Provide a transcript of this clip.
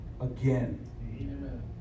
again